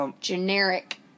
generic